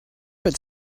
but